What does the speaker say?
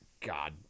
God